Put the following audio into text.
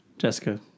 Jessica